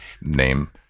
name